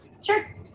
Sure